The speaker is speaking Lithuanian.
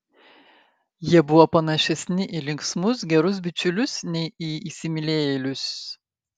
jie buvo panašesni į linksmus gerus bičiulius nei į įsimylėjėlius